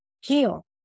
heal